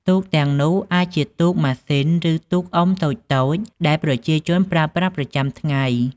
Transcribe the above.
ទូកទាំងនោះអាចជាទូកម៉ាស៊ីនឬទូកអុំតូចៗដែលប្រជាជនប្រើប្រាស់ប្រចាំថ្ងៃ។